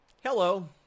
Hello